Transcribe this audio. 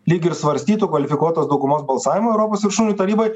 lyg ir svarstytų kvalifikuotos daugumos balsavimą europos viršūnių taryboj